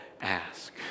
ask